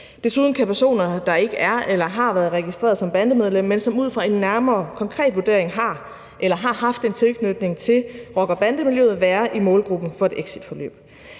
Desuden kan personer, der ikke er eller har været registreret som bandemedlem, men som ud fra en nærmere konkret vurdering har eller har haft en tilknytning til rocker- og bandemiljøet, være i målgruppen for et exitforløb.